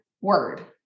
word